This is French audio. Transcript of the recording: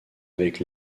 avec